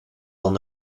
van